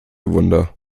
wunder